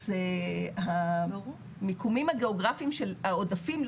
אז המיקומים הגאוגרפיים של העודפים,